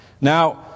Now